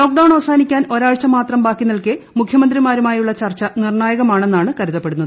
lockdown അവസാനിക്കാൻ ഒരാഴ്ച മാത്രം ബാക്കി നിൽക്കെ മുഖ്യമന്ത്രിമാരുമായുള്ള ചർച്ച നിർണായകമാണെന്നാണ് കരുതപ്പെടുന്നത്